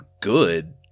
good